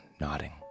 nodding